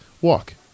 walk